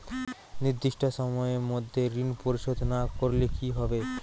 নির্দিষ্ট সময়ে মধ্যে ঋণ পরিশোধ না করলে কি হবে?